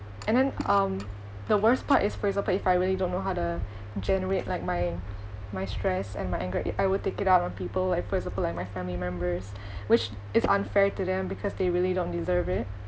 and then um the worst part is for example if I really don't know how to generate like my my stress and my anger I I would take it out on people like for example like my family members which is unfair to them because they really don't deserve it